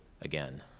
again